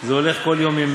זה הולך כל יום עם